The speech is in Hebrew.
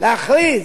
להכריז